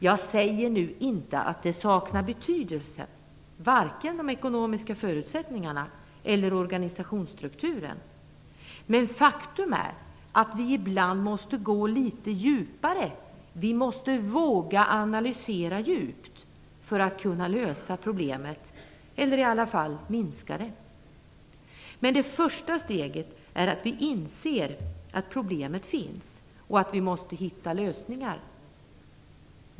Jag säger nu inte att dessa faktorer saknar betydelse, varken de ekonomiska förutsättningarna eller organisationsstrukturen, men faktum är att vi ibland måste våga gå djupare i analysen för att kunna lösa problemet eller i varje fall minska det. Men det första steget är att vi inser att problemet finns och att vi måste hitta lösningar.